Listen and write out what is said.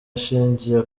ishingiye